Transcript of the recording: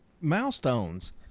milestones